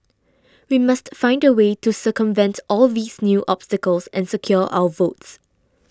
we must find a way to circumvent all these new obstacles and secure our votes